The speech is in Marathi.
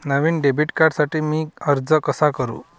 नवीन डेबिट कार्डसाठी मी अर्ज कसा करू?